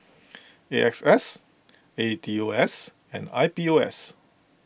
A X S A E T O S and I P O S